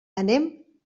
anem